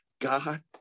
God